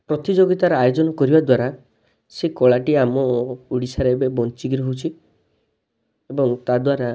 ପ୍ରତିଯୋଗିତାରେ ଆୟୋଜନ କରିବା ଦ୍ୱାରା ସେ କଳାଟି ଆମ ଓଡ଼ିଶାର ଗୋଟେ ବଞ୍ଚିକି ରହୁଛି ଏବଂ ତା'ଦ୍ୱାରା